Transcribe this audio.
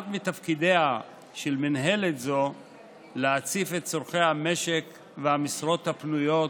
אחד מתפקידיה של מינהלת זו הוא להציף את צורכי המשק והמשרות הפנויות